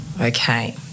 Okay